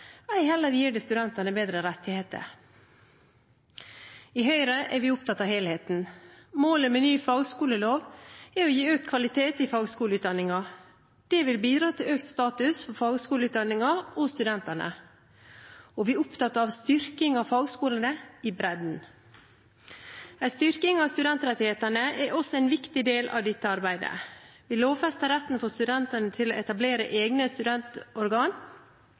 ei heller gir det studentene bedre rettigheter. I Høyre er vi opptatt av helheten. Målet med ny fagskolelov er å gi økt kvalitet i fagskoleutdanningen. Det vil bidra til økt status for fagskoleutdanningen og studentene. Vi er opptatt av styrking av fagskolene i bredden. En styrking av studentrettighetene er også en viktig del av dette arbeidet. Vi lovfester retten for studentene til å etablere egne studentorgan,